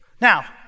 Now